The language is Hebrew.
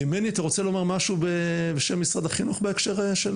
מני, אתה רוצה לומר משהו בשם משרד החינוך בהקשר?